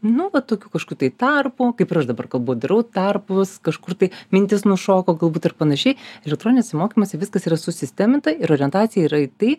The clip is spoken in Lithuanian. nu va tokių kažkokių tai tarpų kaip ir aš dabar kalbu darau tarpus kažkur tai mintis nušoko galbūt ir panašiai elektroniniuose mokymuose viskas yra susisteminta ir orientacija yra į tai